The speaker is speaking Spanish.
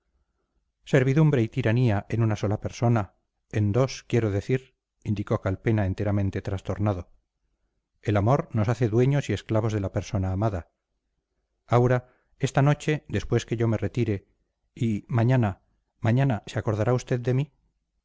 servidumbre y tiranía en una sola persona en dos quiero decir indicó calpena enteramente trastornado el amor nos hace dueños y esclavos de la persona amada aura esta noche después que yo me retire y mañana mañana se acordará usted de mí